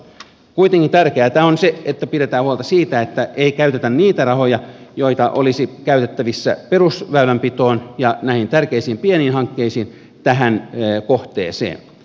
kuitenkin tärkeätä on se että pidetään huolta siitä että ei käytetä niitä rahoja joita olisi käytettävissä perusväylänpitoon ja näihin tärkeisiin pieniin hankkeisiin tähän kohteeseen